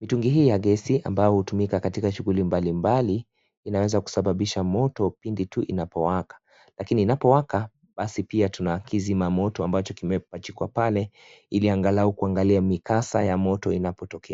Mtungi hii ya gesi ambao hutumika katika shughuli mbalimbali inaweza kusababisha Moto pindi tu inapowaka, lakini inapowaka basi pia tuna kizima Moto ambacho kimepachikwa pale Ili angalau kuangalia mikasa ya Moto inapotokea.